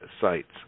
sites